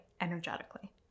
energetically